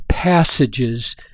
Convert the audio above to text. passages